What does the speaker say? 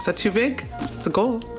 so too big? that's a goal.